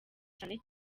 cyane